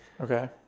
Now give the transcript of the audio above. Okay